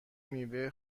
میوه